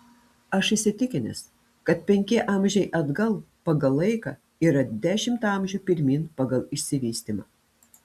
aš įsitikinęs kad penki amžiai atgal pagal laiką yra dešimt amžių pirmyn pagal išsivystymą